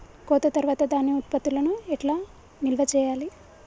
కోత తర్వాత ధాన్యం ఉత్పత్తులను ఎట్లా నిల్వ చేయాలి?